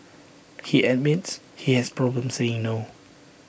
he admits he has problems saying no